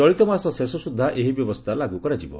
ଚଳିତ ମାସ ଶେଷ ସୁଦ୍ଧା ଏହି ବ୍ୟବସ୍ଥା ଲାଗୁ କରାଯିବ